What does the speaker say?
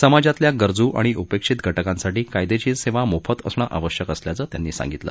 समाजातल्या गरजू आणि उपेक्षित घटकांसाठी कायदेशीर सेवा मोफत असणं आवश्यक असल्याचं त्यांनी सांगितलं